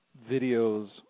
videos